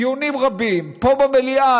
דיונים רבים פה במליאה.